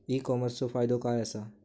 E कॉमर्सचो फायदो काय असा?